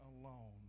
alone